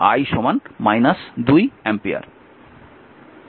সুতরাং এখানে এটি i 2 অ্যাম্পিয়ার